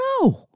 No